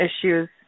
issues